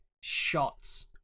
shots